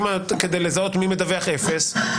כדי לזהות מי מדווח אפס,